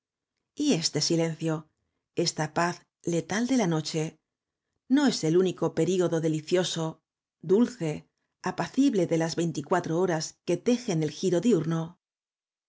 sepulcro y este silencio esta paz letal de la noche no es el único período delicioso dulce apacible de las veinticuatro horas que tejen el giro diurno